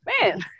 man